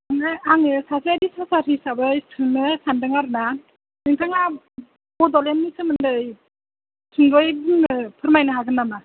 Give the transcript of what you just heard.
ओमफ्राय आङो सासे रिसार्चार हिसाबै सोंनो सानदों आरो ना नोंथाङा बड'लेण्डनि सोमोन्दै सुंद'यै बुंनो फोरमायनो हागोन नामा